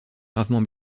gravement